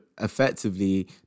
effectively